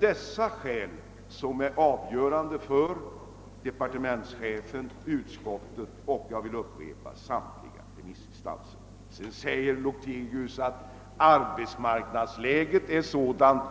Dessa skäl är avgörande för departementschefen, utskottet och — det vill jag upprepa — samtliga remissinstanser. Sedan säger herr Lothigius att arbetsmarknadsläget är sådant,